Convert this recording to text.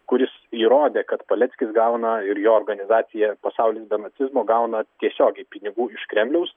kuris įrodė kad paleckis gauna ir jo organizacija pasaulis be nacizmo gauna tiesiogiai pinigų iš kremliaus